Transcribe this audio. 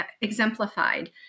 exemplified